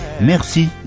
Merci